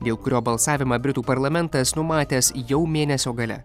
dėl kurio balsavimą britų parlamentas numatęs jau mėnesio gale